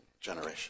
generation